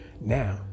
Now